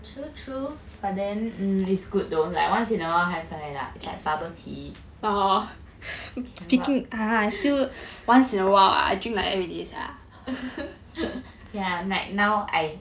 true true but then it's good though like once in a while 还可以 lah it's like bubble tea ya like now I